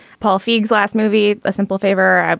paul feig last movie a simple favor.